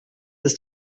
ist